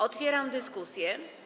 Otwieram dyskusję.